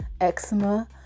eczema